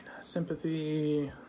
Sympathy